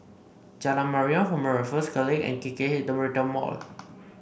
Jalan Mariam Former Raffles College and K K H The Retail Mall